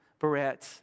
barrettes